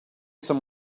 some